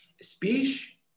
speech